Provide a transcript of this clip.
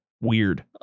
Weird